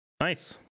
Nice